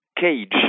cage